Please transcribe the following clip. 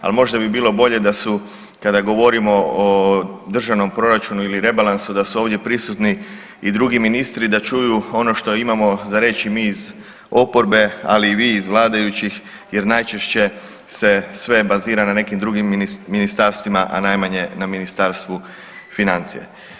Ali možda bi bilo bolje da su kada govorimo o državnom proračunu ili rebalansu da su ovdje prisutni i drugi ministri da čuju ono što imamo za reći mi iz oporbe, ali i vi iz vladajućih jer najčešće se sve bazira na nekim drugim ministarstvima a najmanje na Ministarstvu financija.